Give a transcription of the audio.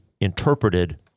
interpreted